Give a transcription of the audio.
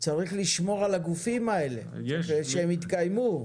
צריך לשמור על הגופים האלה כדי שהם יתקיימו.